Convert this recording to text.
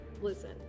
listen